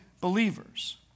believers